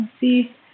see